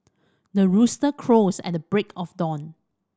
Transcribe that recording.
the rooster crows at the break of dawn